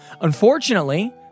Unfortunately